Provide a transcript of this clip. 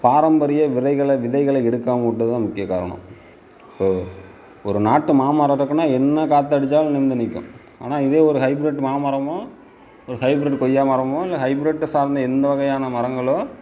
பாரம்பரிய விதைகளை விதைகளை எடுக்காமல் விட்டது தான் முக்கிய காரணம் இப்போ ஒரு நாட்டு மாமரம் இருக்குதுன்னா என்ன காற்று அடித்தாலும் நிமிர்ந்து நிற்கும் ஆனால் இதே ஒரு ஹைபிரிட் மாமரமோ ஒரு ஹைபிரிட் கொய்யா மரமோ இல்லை ஹைபிரிட்டை சார்ந்த எந்த வகையான மரங்களோ